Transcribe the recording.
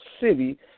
city